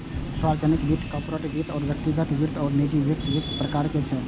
सार्वजनिक वित्त, कॉरपोरेट वित्त, व्यक्तिगत वित्त आ निजी वित्त वित्तक प्रकार छियै